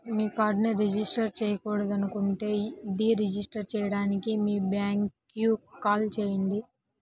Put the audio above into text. మీ కార్డ్ను రిజిస్టర్ చేయకూడదనుకుంటే deregister చేయడానికి మీ బ్యాంక్కు కాల్ చేయండి